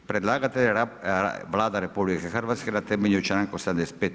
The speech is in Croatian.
Predlagatelj je Vlada RH na temelju članka 85.